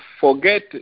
forget